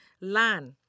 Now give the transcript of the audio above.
land